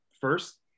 first